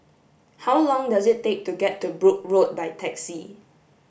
how long does it take to get to Brooke Road by taxi